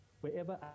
wherever